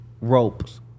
ropes